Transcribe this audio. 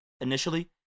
initially